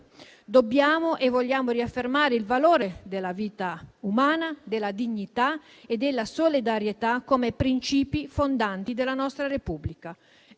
Dobbiamo e vogliamo riaffermare il valore della vita umana, della dignità e della solidarietà come principi fondanti della nostra Repubblica.